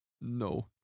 No